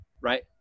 Right